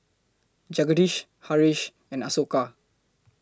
Jagadish Haresh and Ashoka